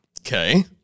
Okay